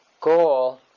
goal